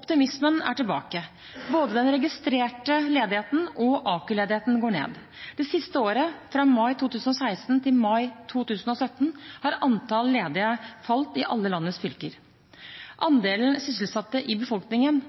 Optimismen er tilbake. Både den registrerte ledigheten og AKU-ledigheten går ned. Det siste året, fra mai 2016 til mai 2017, har antallet ledige falt i alle landets fylker. Andelen sysselsatte i befolkningen